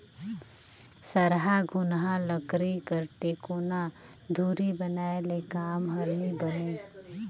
सरहा घुनहा लकरी कर टेकोना धूरी बनाए ले काम हर नी बने